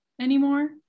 anymore